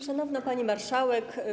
Szanowna Pani Marszałek!